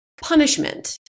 punishment